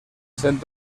cent